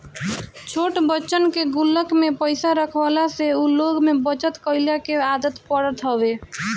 छोट बच्चन के गुल्लक में पईसा रखवला से उ लोग में बचत कइला के आदत पड़त हवे